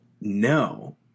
No